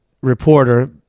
reporter